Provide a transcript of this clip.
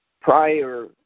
prior